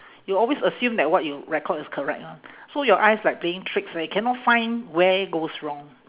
you always assume that what you record is correct lah so your eyes like playing tricks leh cannot find where goes wrong